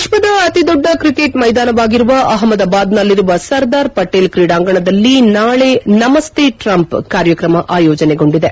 ವಿಶ್ವದ ಅತಿ ದೊಡ್ಡ ಕ್ರಿಕೆಟ್ ಮೈದಾನವಾಗಿರುವ ಅಹ್ಮದಾಬಾದ್ನಲ್ಲಿರುವ ಸರ್ದಾರ್ ಪಟೇಲ್ ಕ್ರೀಡಾಂಗಣದಲ್ಲಿ ನಾಳೆ ನಮಸ್ತೆ ಟ್ರಂಪ್ ಕಾರ್ಯಕ್ರಮ ಆಯೋಜನೆಗೊಂಡಿದೆ